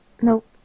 Nope